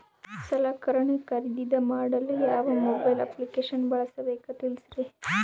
ಸಲಕರಣೆ ಖರದಿದ ಮಾಡಲು ಯಾವ ಮೊಬೈಲ್ ಅಪ್ಲಿಕೇಶನ್ ಬಳಸಬೇಕ ತಿಲ್ಸರಿ?